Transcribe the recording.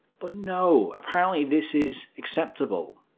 but no, apparently this is acceptable.